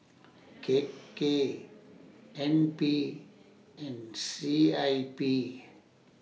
K K N P and C I P